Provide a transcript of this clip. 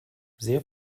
sehr